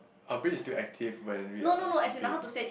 our brain is still active when we are sleeping